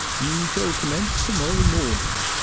you shall commence to-morrow morning,